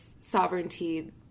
sovereignty